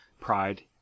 pride